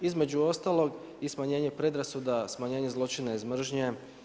Između ostalog i smanjenje predrasuda, smanjenje zloćina iz mržnje.